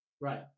right